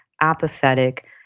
apathetic